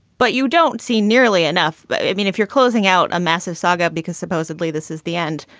but you don't see nearly enough. but i mean, if you're closing out a massive saga, because supposedly this is the end,